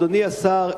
אדוני השר,